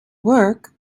work